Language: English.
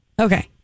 Okay